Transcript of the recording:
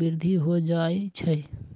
वृद्धि हो जाइ छइ